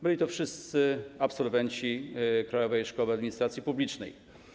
Byli to wszyscy absolwenci Krajowej Szkoły Administracji Publicznej.